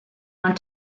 want